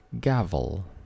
Gavel